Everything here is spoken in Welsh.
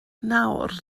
nawr